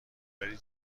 داری